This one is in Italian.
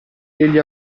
egli